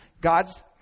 God's